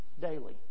daily